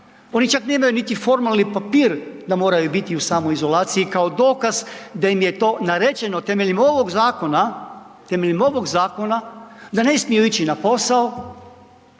Oni čak nemaju niti formalni papir da moraju biti u samoizolaciji kao dokaz da im je to naređeno temeljem ovog zakona, temeljem ovog